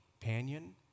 companion